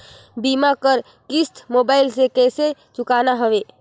बीमा कर किस्त मोबाइल से कइसे चुकाना हवे